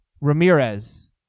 Ramirez